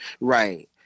right